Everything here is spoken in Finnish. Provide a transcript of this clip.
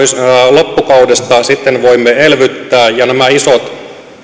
loppukaudesta sitten voimme elvyttää ja nämä isot